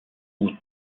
août